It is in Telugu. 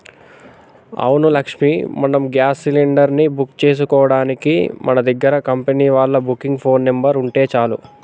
అవును లక్ష్మి మనం గ్యాస్ సిలిండర్ ని బుక్ చేసుకోవడానికి మన దగ్గర కంపెనీ వాళ్ళ బుకింగ్ ఫోన్ నెంబర్ ఉంటే చాలు